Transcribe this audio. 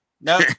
No